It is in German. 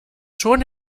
schon